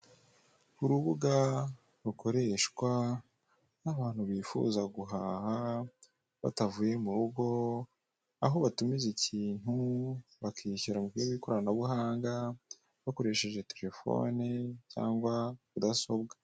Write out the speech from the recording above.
Urubuga rukoreshwa n'abantu bifuza guhaha batavuye mu rugo aho batumiza ikintu bakishyura mu buryo bw'ikoranabuhanga bakoresheje terefone cyangwa mudasobwa.